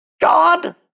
God